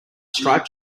striped